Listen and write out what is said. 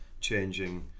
changing